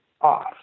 off